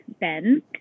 Ben